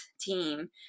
team